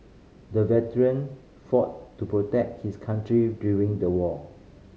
the veteran fought to protect his country during the war